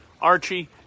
Archie